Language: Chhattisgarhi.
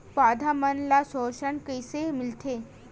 पौधा मन ला पोषण कइसे मिलथे?